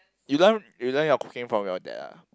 you learn you learn your cooking from your dad ah